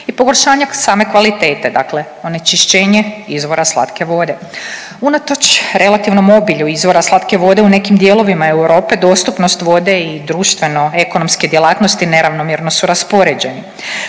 i pogoršanje same kvalitete. Dakle, onečišćenje izvora slatke vode. Unatoč relativnom obilju izvora slatke vode u nekim dijelovima Europe dostupnost vode i društveno ekonomske djelatnosti neravnomjerno su raspoređeni